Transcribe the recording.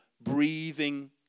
Breathing